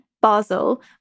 Basel